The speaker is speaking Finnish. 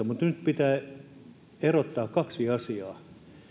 mutta nyt pitää erottaa kaksi asiaa